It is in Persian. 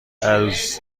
عروس